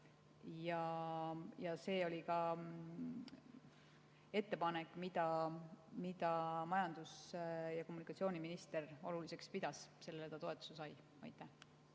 See oli ettepanek, mida majandus- ja kommunikatsiooniminister oluliseks pidas, ja sellele ta toetuse sai. Merry